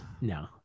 No